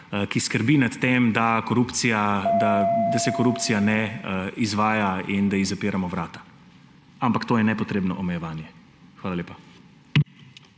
ki skrbi, da se korupcija ne izvaja in da ji zapiramo vrata. Ampak to je nepotrebno omejevanje. Hvala lepa.